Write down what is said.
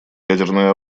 ядерное